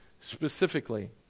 specifically